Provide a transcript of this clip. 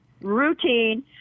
routine